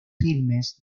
filmes